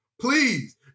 Please